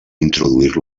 introduir